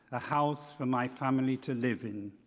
a house for my family to live in.